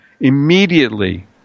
immediately